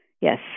Yes